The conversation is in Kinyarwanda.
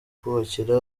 kubakira